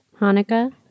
Hanukkah